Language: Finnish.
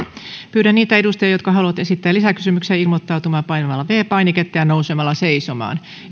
pyydän niitä edustajia jotka haluavat esittää lisäkysymyksen ilmoittautumaan painamalla viides painiketta ja nousemalla seisomaan